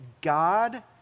God